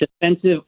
defensive